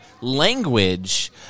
language